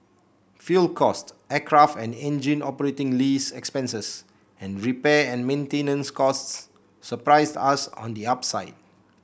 fuel cost aircraft and engine operating lease expenses and repair and maintenance costs surprised us on the upside